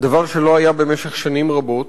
דבר שלא היה במשך שנים רבות.